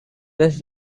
west